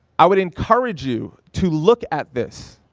i would encourage you to look at this,